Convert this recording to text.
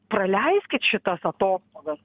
praleiskit šitas atostogas